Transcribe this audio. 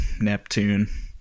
Neptune